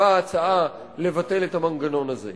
ההצעה באה לבטל את המנגנון הזה.